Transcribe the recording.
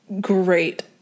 great